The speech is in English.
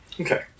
Okay